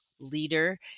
leader